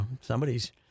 Somebody's